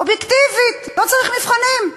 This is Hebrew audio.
אובייקטיבית, לא צריך מבחנים.